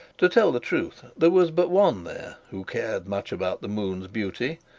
to tell the truth, there was but one there who cared much about the moon's beauty,